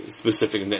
specific